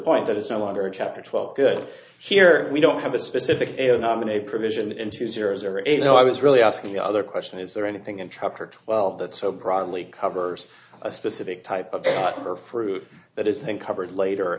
point that it's no longer in chapter twelve good here we don't have a specific nominate provision in two zero zero eight zero i was really asking the other question is there anything in trotter well that so broadly covers a specific type or fruit that is thing covered later